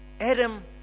Adam